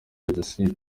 jenoside